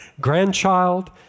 grandchild